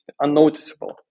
unnoticeable